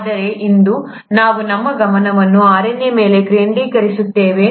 ಆದರೆ ಇಂದು ನಾವು ನಮ್ಮ ಗಮನವನ್ನು RNA ಮೇಲೆ ಕೇಂದ್ರೀಕರಿಸುತ್ತೇವೆ